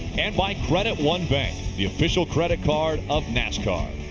and by credit one bank, the official credit card of nascar.